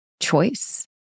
choice